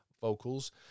vocals